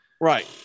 Right